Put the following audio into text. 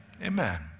Amen